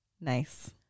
nice